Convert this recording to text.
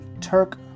Turk